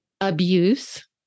abuse